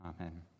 Amen